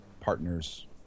partners